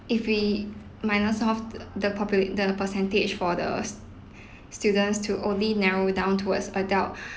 if we minus of the the populat~ the percentage for the s~ students to only narrow down towards adult